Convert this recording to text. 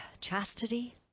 chastity